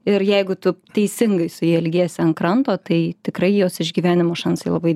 ir jeigu tu teisingai su ja elgiesi ant kranto tai tikrai jos išgyvenimo šansai labai